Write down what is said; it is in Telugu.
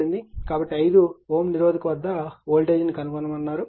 కాబట్టి 5 Ω నిరోధకత వద్ద వోల్టేజ్ను కనుగొనమని అడిగారు